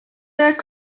jak